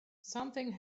something